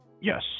Yes